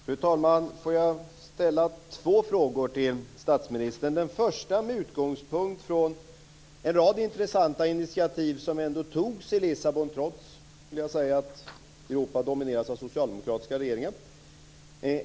Fru talman! Jag har två frågor till statsministern - den första med utgångspunkt i en rad intressanta initiativ som togs i Lissabon trots, vill jag säga, att Europa domineras av socialdemokratiska regeringar.